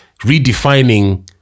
redefining